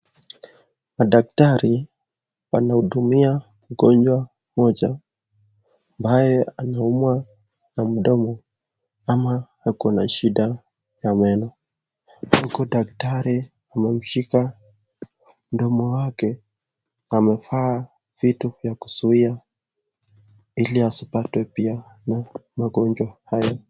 Madaktari wanahudumia mgonjwa mmoja ambaye anaumwa na mdomo ama akona shida ya meno uku daktari amemshika mdomo wake. Amevaa vitu vya kuzuia ili asipatwe pia na magonjwa haya.